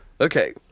Okay